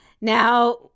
Now